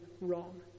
wrong